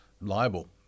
liable